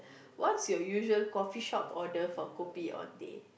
what's your usual coffee shop order for kopi or teh